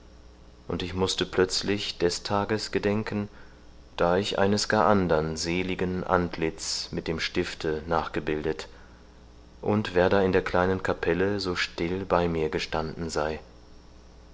und ich mußte plötzlich des tages gedenken da ich eines gar andern seligen antlitz mit dem stifte nachgebildet und wer da in der kleinen kapelle so still bei mir gestanden sei